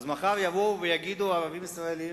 אז מחר יבואו ויגידו ערבים ישראלים: